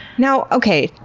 now, okay.